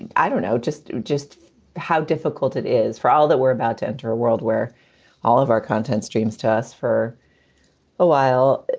and i don't know just just how difficult it is for all that we're about to enter a world where all of our content streams test for ah a. it